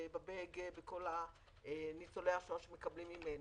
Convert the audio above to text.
ב-BEG ובכל ניצולי השואה שמקבלים כספים ממנו.